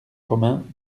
romain